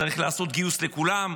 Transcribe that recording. צריך לעשות גיוס לכולם,